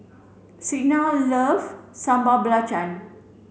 Signa love Sambal Belacan